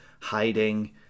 hiding